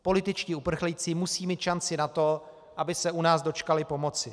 Političtí uprchlíci musí mít šanci na to, aby se u nás dočkali pomoci.